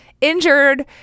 injured